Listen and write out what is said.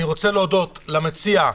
אני רוצה להודות למציע,